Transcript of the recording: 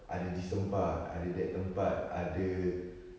ada this tempat ada that tempat ada